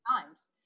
times